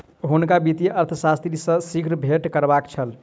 हुनका वित्तीय अर्थशास्त्री सॅ शीघ्र भेंट करबाक छल